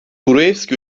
gruevski